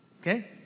Okay